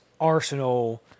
arsenal